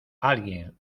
alguien